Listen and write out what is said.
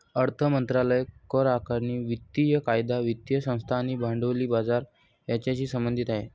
अर्थ मंत्रालय करआकारणी, वित्तीय कायदा, वित्तीय संस्था आणि भांडवली बाजार यांच्याशी संबंधित आहे